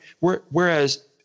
whereas